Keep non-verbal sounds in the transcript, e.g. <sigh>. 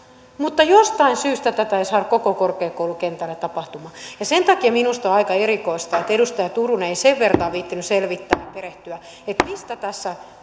mutta jostain syystä tätä ei saada koko korkeakoulukentälle tapahtumaan sen takia minusta on aika erikoista että edustaja turunen ei sen vertaa viitsinyt selvittää perehtyä mistä tässä <unintelligible>